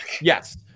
Yes